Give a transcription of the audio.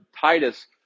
Titus